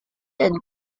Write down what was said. and